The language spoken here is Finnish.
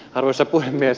arvoisa puhemies